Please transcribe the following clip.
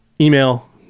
email